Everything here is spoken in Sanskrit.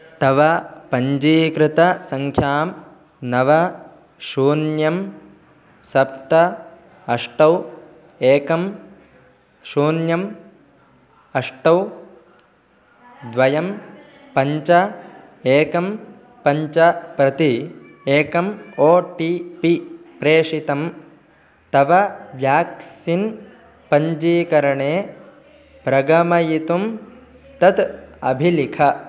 तव पञ्जीकृतसङ्ख्यां नव शून्यं सप्त अष्ट एकं शून्यम् अष्ट द्वे पञ्च एकं पञ्च प्रति एकम् ओ टि पि प्रेषितं तव व्याक्सिन् पञ्जीकरणे प्रगमयितुं तत् अभिलिख